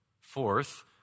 Fourth